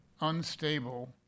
unstable